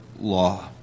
law